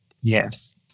Yes